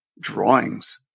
drawings